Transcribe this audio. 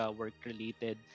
work-related